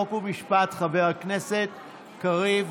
חוק ומשפט חבר הכנסת קריב,